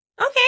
Okay